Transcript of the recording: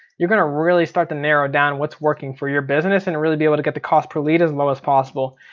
you're gonna really start to narrow down what's working for your business and really be able to get the cost per lead as low as possible.